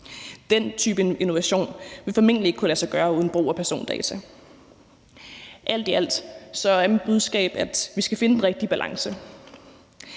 Den type innovation vil formentlig ikke kunne lade sig gøre uden brug af persondata. Alt i alt er mit budskab, at vi skal finde den rigtige balance,